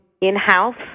in-house